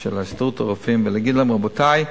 של הסתדרות הרופאים ולהגיד להם: רבותי,